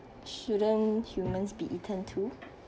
shouldn't humans be eaten too